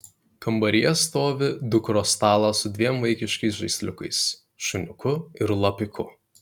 kambaryje stovi dukros stalas su dviem vaikiškais žaisliukais šuniuku ir lapiuku